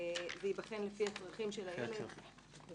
וזה ייבחן לפי הצרכים של הילד.